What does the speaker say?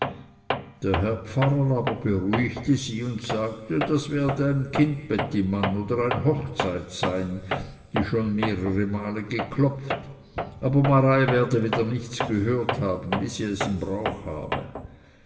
der herr pfarrer aber beruhigte sie und sagte das werde ein kindbettimann oder ein hochzeit sein die schon mehrere male geklopft aber marei werde wieder nichts gehört haben wie es es im brauch habe